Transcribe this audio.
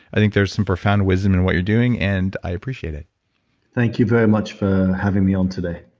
i think there's some profound wisdom in what you're doing and i appreciate it thank you very much for having me on today